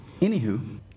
Anywho